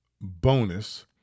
bonus